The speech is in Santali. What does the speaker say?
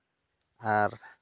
ᱟᱨ